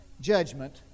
judgment